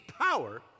power